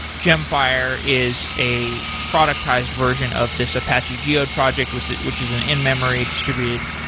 gemfire is a productized version of this apache geode project, which which is an in memory distributed,